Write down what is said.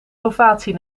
ovatie